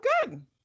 good